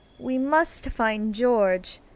we must find george.